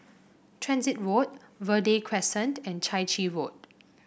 Transit Road Verde Crescent and Chai Chee Road